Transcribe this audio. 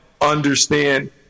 understand